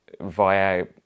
via